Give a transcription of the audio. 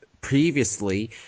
previously